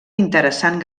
interessant